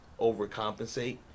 overcompensate